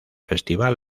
festival